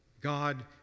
God